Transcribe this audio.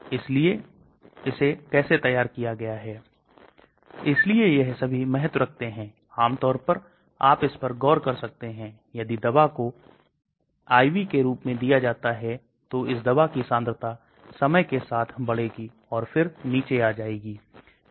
इसलिए हम इनमें से हर एक को विस्तार से देखने जा रहे हैं क्योंकि यह दवा समानता गुण निर्धारित करते हैं की कोई दवा बहुत अच्छी होने वाली है या नहीं